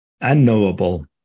unknowable